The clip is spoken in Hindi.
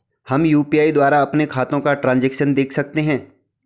हम यु.पी.आई द्वारा अपने खातों का ट्रैन्ज़ैक्शन देख सकते हैं?